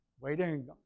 Waiting